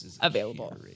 available